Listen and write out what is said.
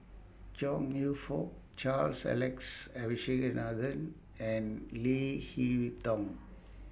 Chong YOU Fook Charles Alex Abisheganaden and Leo Hee Tong